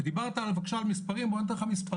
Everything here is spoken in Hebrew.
דיברת בבקשה על מספרים, בוא אני אתן לך מספרים,